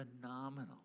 phenomenal